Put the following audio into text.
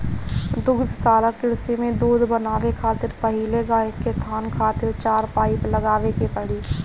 दुग्धशाला कृषि में दूध बनावे खातिर पहिले गाय के थान खातिर चार पाइप लगावे के पड़ी